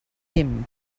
him